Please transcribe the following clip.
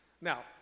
now